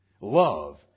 Love